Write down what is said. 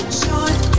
short